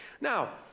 Now